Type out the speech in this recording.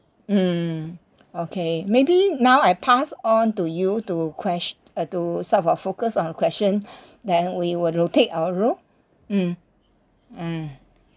mm okay maybe now I pass on to you to quest~ uh to sort of focus on the question then we will rotate our role mm